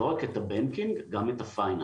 לא רק את הבנקאות אלא גם את הפיננסיים.